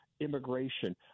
immigration